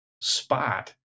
spot